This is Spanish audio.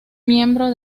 miembro